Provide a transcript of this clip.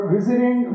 Visiting